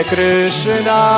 Krishna